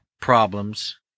problems